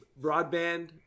broadband